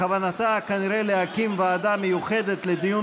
בכוונתה כנראה להקים ועדה מיוחדת לדיון